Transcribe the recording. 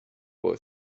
boy